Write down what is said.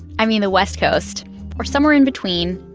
i mean, the west coast or somewhere in between,